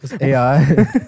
AI